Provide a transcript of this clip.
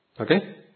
Okay